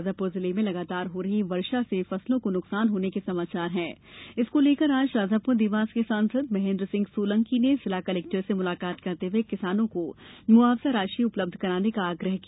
शाजापुर जिले में लगातार हो रही बारिश से फसलों को नुकसान होने के समाचार हैं इसको लेकर आज शाजापुर देवास के सांसद महेन्द्र सिंह सोलंकी ने जिला कलेक्टर से मुलाकात करते हुए किसानो को मुआवजा राशि उपलब्ध कराने का आग्रह किया